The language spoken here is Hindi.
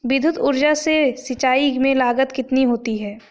विद्युत ऊर्जा से सिंचाई में लागत कितनी होती है?